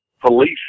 police